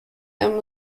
and